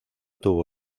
tuvo